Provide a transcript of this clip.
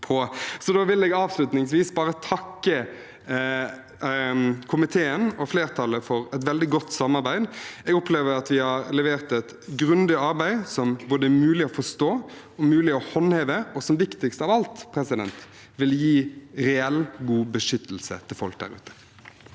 Så vil jeg bare takke komiteen og flertallet for et veldig godt samarbeid. Jeg opplever at vi har levert et grundig arbeid som er både mulig å forstå og mulig å håndheve, og som viktigst av alt vil gi reell, god beskyttelse til folk der ute.